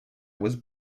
was